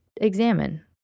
examine